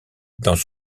dans